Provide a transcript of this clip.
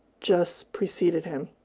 just preceded him.